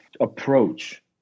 approach